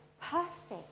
perfect